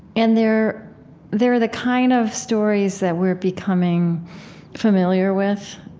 and they're they're the kind of stories that we're becoming familiar with.